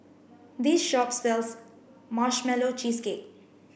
this shop sells marshmallow cheesecake